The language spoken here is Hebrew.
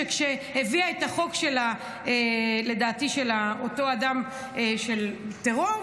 שכשהיא הביאה את החוק של אותו אדם של טרור,